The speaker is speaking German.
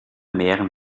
mehren